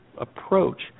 approach